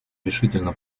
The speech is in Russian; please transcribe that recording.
решительно